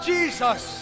Jesus